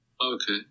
Okay